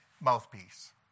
mouthpiece